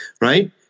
Right